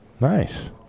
Nice